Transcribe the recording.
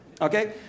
Okay